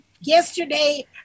yesterday